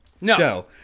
No